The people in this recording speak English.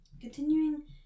Continuing